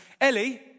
Ellie